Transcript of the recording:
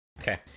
Okay